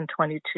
2022